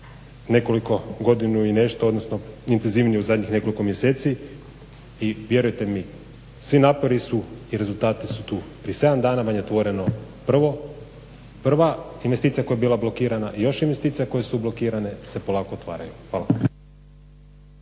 nekoliko godinu i nešto, odnosno intenzivnije u zadnjih nekoliko mjeseci i vjerujte mi svi napori su i rezultati su tu. Prije 7 dana vam je otvoreno prva investicija koja je bila blokirana i još investicija koje su blokirane se polako otvaraju. Hvala.